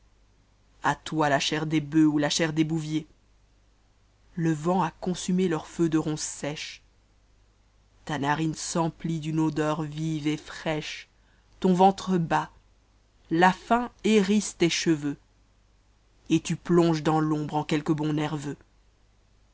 à toi la chair des bœufs ou la chair des bouviers le vent a consumé leurs feux de ronce sèche ta narine s'emplit d'une odeur vive et fraîche ton ventre bat la faim hérisse tes cheveux e t tu plonges dans l'ombre en quelques bonds nerveux